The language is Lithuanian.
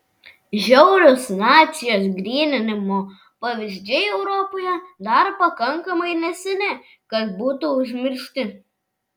žiaurūs nacijos gryninimo pavyzdžiai europoje dar pakankamai neseni kad būtų užmiršti